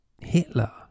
Hitler